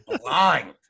blind